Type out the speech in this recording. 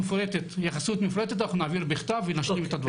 התייחסות מפורטת אנחנו נעביר בכתב ונשלים את הדברים.